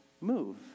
move